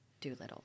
Doolittle